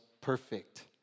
perfect